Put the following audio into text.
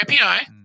API